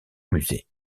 musée